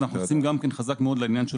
אנחנו נכנסים גם חזק מאוד לעניין של